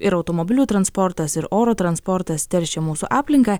ir automobilių transportas ir oro transportas teršia mūsų aplinką